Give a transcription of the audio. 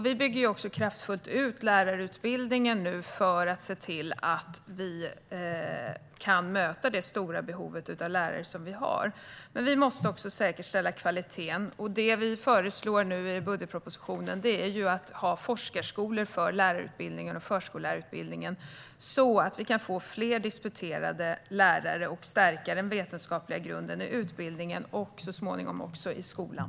Vi bygger också ut lärarutbildningen kraftigt för att möta det stora behov av lärare som finns. Vi måste också säkerställa kvaliteten. Det vi föreslår i budgetpropositionen är att ha forskarskolor för lärarutbildningen och förskollärarutbildningen. Då kan vi få fler disputerade lärare och stärka den vetenskapliga grunden i utbildningen och så småningom också i skolan.